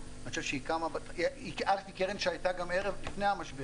היא קרן שהייתה גם לפני המשבר.